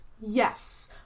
Yes